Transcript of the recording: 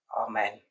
Amen